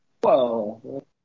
Whoa